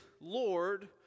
Lord